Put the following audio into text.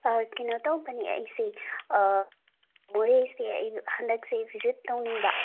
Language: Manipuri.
ꯀꯩꯅꯣ ꯇꯧꯕꯅꯦ ꯑꯩꯁꯦ ꯃꯣꯔꯦꯁꯦ ꯑꯩ ꯍꯟꯗꯛꯁꯦ ꯚꯤꯖꯤꯠ ꯇꯧꯅꯤꯡꯕ